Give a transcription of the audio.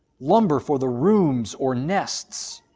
lumber for the rooms or nests,